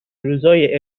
روزای